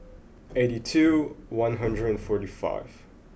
eighty two one hundred and forty five